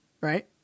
right